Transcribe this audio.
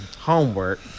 Homework